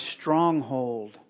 stronghold